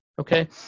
Okay